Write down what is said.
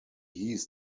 hieß